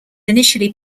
initially